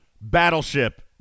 Battleship